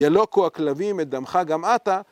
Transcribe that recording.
ילוקו הכלבים את דמך גם אתה